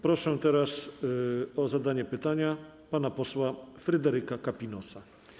Proszę teraz o zadanie pytania pana posła Fryderyka Kapinosa.